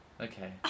Okay